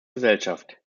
gesellschaft